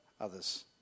others